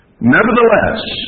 Nevertheless